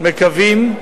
מקווים,